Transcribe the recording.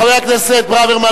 חבר הכנסת ברוורמן,